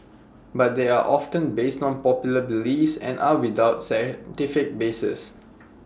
but they are often based on popular beliefs and are without scientific basis